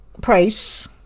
price